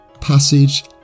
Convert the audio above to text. passage